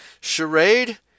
charade